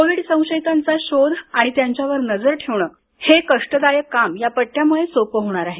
Covid संशयितांचा शोध आणि त्यांच्यावर नजर ठेवणं हे कष्टदायक काम ह्या पट्ट्यामुळे सोपं होणार आहे